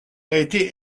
été